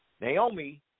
Naomi